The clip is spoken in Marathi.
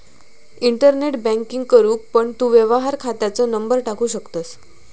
इंटरनेट बॅन्किंग करूक पण तू व्यवहार खात्याचो नंबर टाकू शकतंस